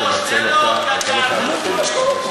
תנצל אותה, ואתה לא חייב את הכול.